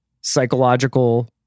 psychological